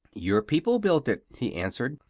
your people built it, he answered.